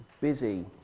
busy